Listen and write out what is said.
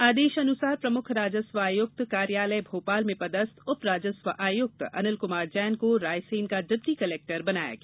आदेश अनुसार प्रमुख राजस्व आयुक्त कार्यालय भोपाल में पदस्थ उप राजस्व आयुक्त अनिल कुमार जैन को रायसेन का डिप्टी कलेक्टर बनाया गया